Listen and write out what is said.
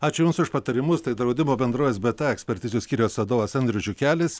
ačiū jums už patarimus tai draudimo bendrovės bta ekspertizių skyriaus vadovas andrius žiukelis